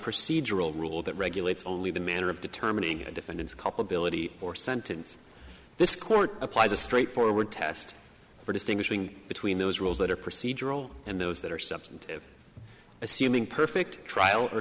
procedural rule that regulates only the manner of determining a defendant's cup ability or sentence this court applies a straightforward test for distinguishing between those rules that are procedural and those that are substantive assuming perfect trial or